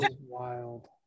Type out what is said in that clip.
Wild